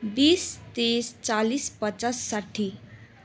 बिस तिस चालिस पचास साठी